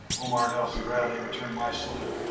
omar nelson bradley return my salute.